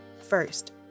first